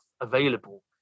available